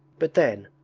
but then,